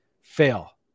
fail